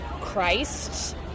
christ